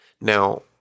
Now